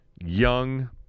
Young